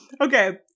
Okay